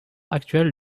actuel